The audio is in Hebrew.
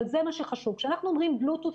אבל זה מה שחשוב: כשאנחנו אומרים בלוטות',